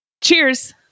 cheers